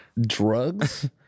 Drugs